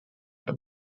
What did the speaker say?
been